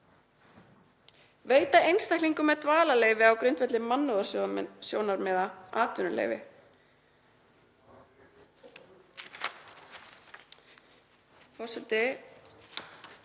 veita einstaklingum með dvalarleyfi á grundvelli mannúðarsjónarmiða atvinnuleyfi. Forseti.